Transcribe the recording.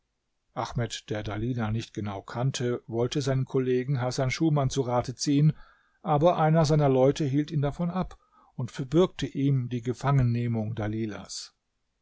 ahmed der dalilah nicht genau kannte wollte seinen kollegen hasan schuman zu rate ziehen aber einer seiner leute hielt ihn davon ab und verbürgte ihm die